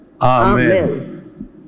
Amen